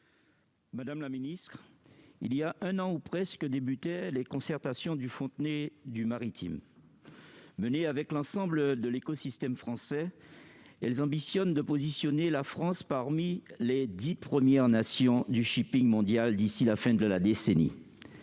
Madame la ministre, il y a un an ou presque débutaient les concertations du Fontenoy du maritime. Menées avec l'ensemble de l'écosystème français, elles ont pour ambition de faire de la France l'une des dix premières nations du mondial d'ici à la fin de la décennie.